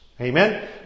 Amen